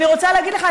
אני רוצה להגיד לך,